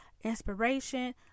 inspiration